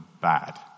bad